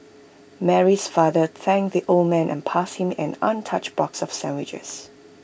Mary's father thanked the old man and passed him an untouched box of sandwiches